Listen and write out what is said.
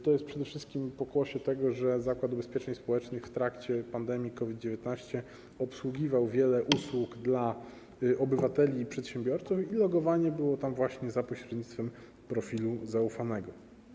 To jest przede wszystkim pokłosie tego, że Zakład Ubezpieczeń Społecznych w trakcie pandemii COVID-19 obsługiwał wiele usług dla obywateli i przedsiębiorców i logowanie odbywało się właśnie za pośrednictwem profilu zaufanego.